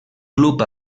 club